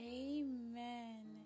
amen